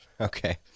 Okay